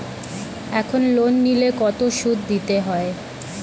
এখন লোন নিলে কত সুদ দিতে হয়?